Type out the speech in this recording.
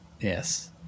Yes